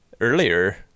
earlier